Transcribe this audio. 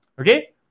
Okay